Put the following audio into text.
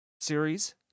series